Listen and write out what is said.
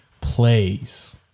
plays